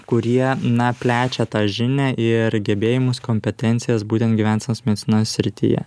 kurie na plečia tą žinią ir gebėjimus kompetencijas būtent gyvensenos medicinos srityje